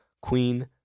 *Queen*